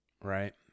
right